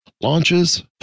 launches